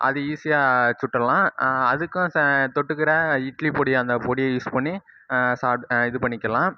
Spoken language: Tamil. அது ஈசியாக சுட்டுடலாம் அதுக்கும் தொட்டுக்கிற இட்லி பொடி அந்த பொடியை யூஸ் பண்ணி சாப்பிட இது பண்ணிக்கலாம்